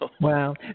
Wow